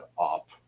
up